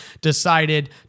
decided